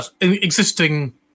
existing